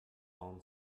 own